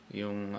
yung